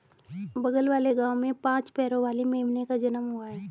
बगल वाले गांव में पांच पैरों वाली मेमने का जन्म हुआ है